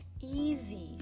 easy